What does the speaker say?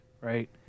right